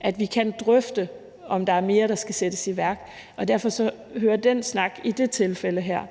at vi kan drøfte, om der er mere, der skal sættes i værk, og derfor hører den snak i det tilfælde her